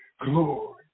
Glory